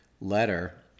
letter